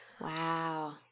Wow